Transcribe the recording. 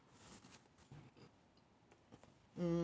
mm